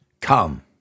come